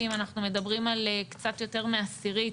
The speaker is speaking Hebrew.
אנחנו מדברים על קצת יותר מעשירית